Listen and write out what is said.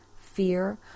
fear